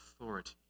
authority